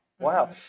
Wow